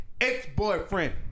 ex-boyfriend